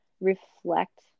reflect